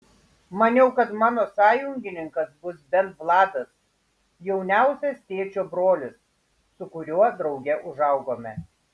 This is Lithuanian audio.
maniau kad mano sąjungininkas bus bent vladas jauniausias tėčio brolis su kuriuo drauge užaugome